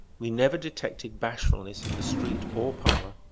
we never detected bashfulness in the street or parlor.